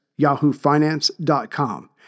YahooFinance.com